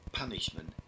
punishment